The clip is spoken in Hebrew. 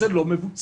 זה לא מבוצע,